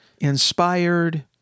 inspired